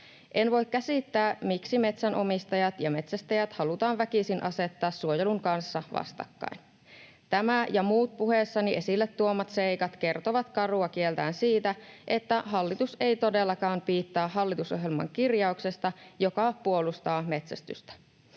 En voi käsittää, miksi metsänomistajat ja metsästäjät halutaan väkisin asettaa suojelun kanssa vastakkain. Tämä ja muut puheessani esille tuodut seikat kertovat karua kieltään siitä, että hallitus ei todellakaan piittaa hallitusohjelman kirjauksesta, joka puolustaa metsästystä.